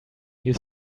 you